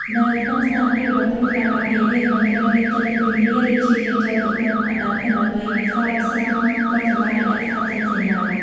នៅក្នុងស្ថានភាពដ៏គ្រោះថ្នាក់បែបនេះ យើងមិនត្រូវមានចិត្តរុញរា ឬព្យាយាមចូលទៅក្នុងអណ្ដាតភ្លើងដើម្បីស្រោចស្រង់ទ្រព្យសម្បត្តិ ឬឯកសារផ្សេងៗឡើយ។